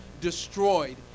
destroyed